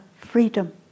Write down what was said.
freedom